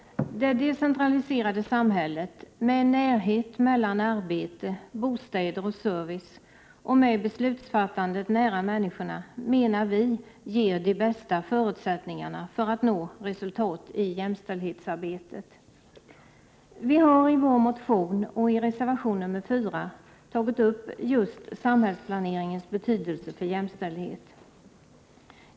Det decentraliserade samhället med närhet mellan arbete, bostäder och service och med beslutsfattandet nära människorna ger, enligt vår mening, de bästa förutsättningarna för att nå resultat i jämställdhetsarbetet. Vi har i vår motion och i reservation 4 tagit upp just samhällsplaneringens betydelse för jämställdhet.